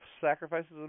sacrifices